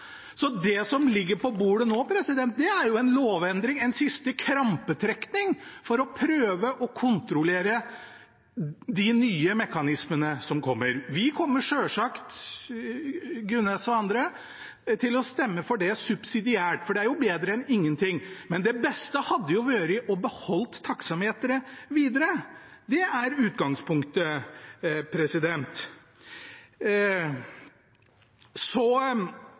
som ligger på bordet nå, er en lovendring – en siste krampetrekning – for å prøve å kontrollere de nye mekanismene som kommer. Vi kommer selvsagt – til representanten Gunnes og andre – til å stemme for det subsidiært, for det er jo bedre enn ingenting, men det beste hadde vært å beholde taksameteret videre. Det er utgangspunktet.